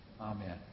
Amen